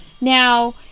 Now